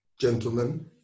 gentlemen